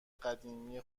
قدیمی